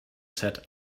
set